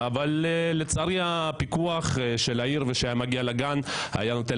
אבל הפיקוח של העיר שהגיע לגן היה נותן